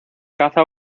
caza